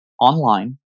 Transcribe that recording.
online